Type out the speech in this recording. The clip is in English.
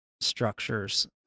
structures